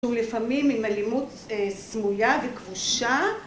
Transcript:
ולפעמים עם אלימות סמויה וכבושה